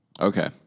Okay